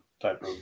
type